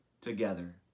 together